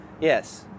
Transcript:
Yes